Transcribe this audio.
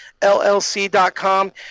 llc.com